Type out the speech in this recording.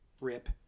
rip